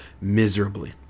miserably